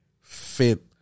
fit